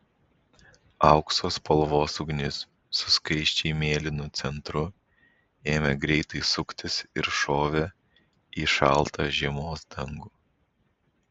aukso spalvos ugnis su skaisčiai mėlynu centru ėmė greitai suktis ir šovė į šaltą žiemos dangų